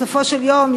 בסופו של יום,